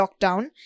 lockdown